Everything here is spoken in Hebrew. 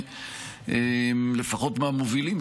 לפחות מהמובילים,